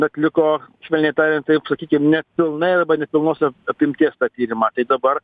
atliko švelniai tariant taip sakykim nepilnai arba nepilnos ap apimties tą tyrimą tai dabar